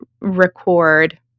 record